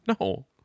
no